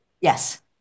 Yes